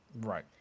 Right